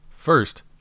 First